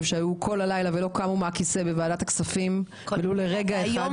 שהיו כל הלילה בוועדת הכספים ולא קמו מהכיסא ולו לרגע אחד.